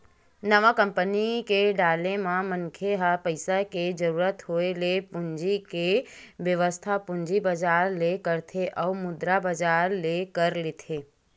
नवा कंपनी के डाले म मनखे ह पइसा के जरुरत होय ले पूंजी के बेवस्था पूंजी बजार ले करथे अउ मुद्रा बजार ले कर लेथे